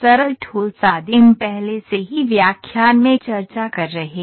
सरल ठोस आदिम पहले से ही व्याख्यान में चर्चा कर रहे हैं